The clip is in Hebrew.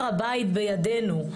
הר הבית בידינו.